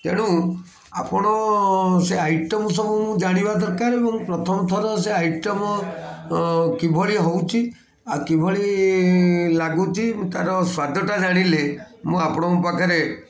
ତେଣୁ ଆପଣ ସେ ଆଇଟମ୍ ସବୁ ମୁଁ ଜାଣିବା ଦରକାର ଏବଂ ପ୍ରଥମ ଥର ସେ ଆଇଟମ୍ କିଭଳି ହେଉଛି ଆଉ କିଭଳି ଲାଗୁଛି ତା'ର ସ୍ୱାଦଟା ଜାଣିଲେ ମୁଁ ଆପଣଙ୍କ ପାଖରେ